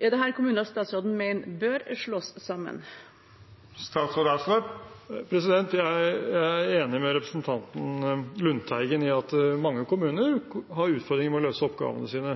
Er dette kommuner statsråden mener bør slås sammen?» Jeg er enig med representanten Lundteigen i at mange kommuner har utfordringer med å løse oppgavene sine.